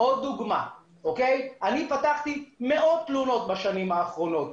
דוגמא נוספת - אני פתחתי מאות תלונות בשנים האחרונות.